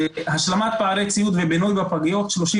השלמת פערי ציוד ובינוי בפגיות 30